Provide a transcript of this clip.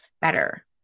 better